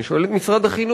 אני שואל את משרד החינוך: